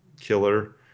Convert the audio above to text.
killer